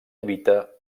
habita